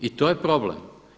I to je problem.